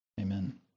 Amen